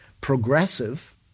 progressive